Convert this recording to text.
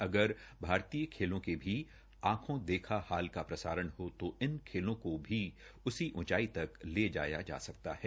अगर भारतीय खेलों के भी आखों देखा हाल का प्रसारण हो तो इन खेलों को भी उसी ऊंचाई तक ले जाया जा सकता है